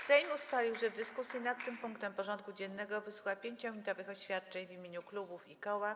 Sejm ustalił, że w dyskusji nad tym punktem porządku dziennego wysłucha 5-minutowych oświadczeń w imieniu klubów i koła.